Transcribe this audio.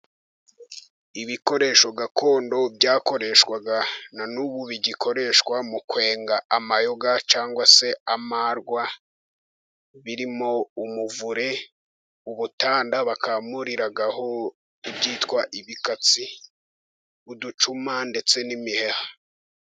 Ibikoresho gakondo byakoreshwaga na n'ubu bigikoreshwa, mu kwenga amayoga cyangwa se amarwa birimo umuvure, ubutanda bakamuriraho ibyitwa ibikatsi, uducuma ndetse n'imiheha.